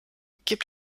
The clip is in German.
gibt